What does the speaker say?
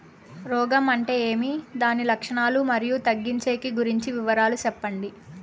రోగం అంటే ఏమి దాని లక్షణాలు, మరియు తగ్గించేకి గురించి వివరాలు సెప్పండి?